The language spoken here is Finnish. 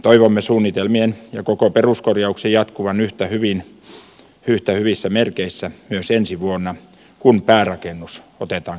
toivomme suunnitelmien ja koko peruskorjauksen jatkuvan yhtä hyvissä merkeissä myös ensi vuonna kun päärakennus otetaan käsittelyn alle